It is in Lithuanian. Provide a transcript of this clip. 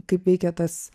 kaip veikia tas